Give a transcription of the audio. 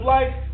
Life